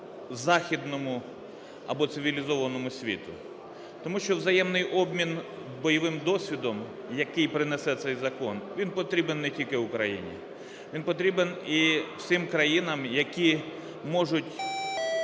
західному або цивілізованому світу. Тому що взаємний обмін бойовим досвідом, який принесе цей закон, він потрібен не тільки Україні, він потрібен і всім країнам, які можуть